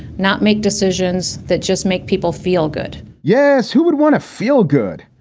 not make decisions that just make people feel good yes. who would want to feel good?